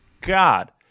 God